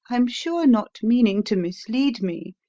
i'm sure not meaning to mislead me,